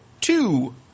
two